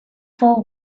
for